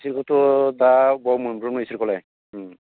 बिसोरखौथ' दा बहा मोनब्रबनो बिसोरखौलाय उम